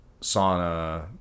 sauna